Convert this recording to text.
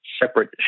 separate